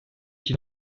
qui